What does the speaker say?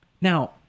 Now